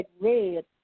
red